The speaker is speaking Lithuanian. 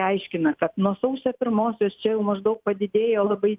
aiškina kad nuo sausio pirmosios čia jau maždaug padidėjo labai